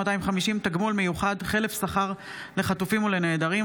250) (תגמול מיוחד חלף שכר לחטופים ולנעדרים),